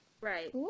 Right